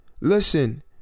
Listen